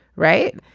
right.